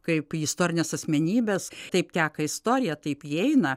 kaip į istorines asmenybes taip teka istorija taip ji eina